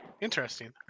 Interesting